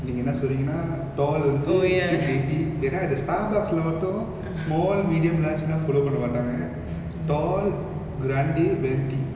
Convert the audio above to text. நீங்க என்ன சொல்றிங்கனா:neenga enna solringana tall வந்து:vanthu venti கேட்டா இது:ketta ithu starbucks ஓடும்:otum small medium large னா:na follow பண்ண மாட்டாங்க:panna matanga tall grande venti